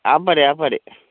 আপারে আপারে